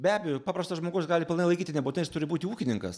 be abejo paprastas žmogus gali pilnai laikyti nebūtinai jis turi būti ūkininkas